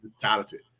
talented